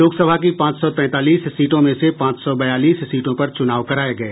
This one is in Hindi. लोकसभा की पांच सौ तैतालीस सीटों में से पांच सौ बयालीस सीटों पर चुनाव कराए गए